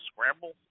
scramble